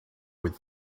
with